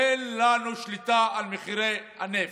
אין לנו שליטה על מחירי הנפט.